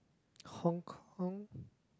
Hong-Kong